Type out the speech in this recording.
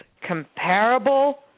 comparable